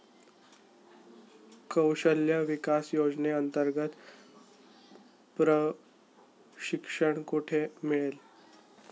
कौशल्य विकास योजनेअंतर्गत प्रशिक्षण कुठे मिळेल?